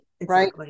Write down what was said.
right